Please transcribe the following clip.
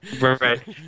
Right